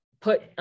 put